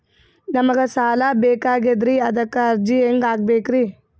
ನಮಗ ಸಾಲ ಬೇಕಾಗ್ಯದ್ರಿ ಅದಕ್ಕ ಅರ್ಜಿ ಹೆಂಗ ಹಾಕಬೇಕ್ರಿ?